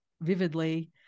vividly